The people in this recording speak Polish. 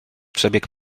przebieg